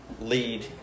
lead